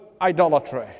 idolatry